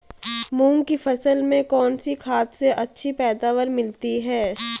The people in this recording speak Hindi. मूंग की फसल में कौनसी खाद से अच्छी पैदावार मिलती है?